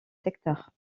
secteurs